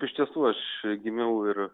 iš tiesų aš gimiau ir